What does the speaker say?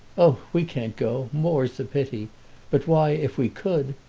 oh, we can't go more's the pity but why, if we could,